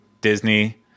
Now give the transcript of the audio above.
Disney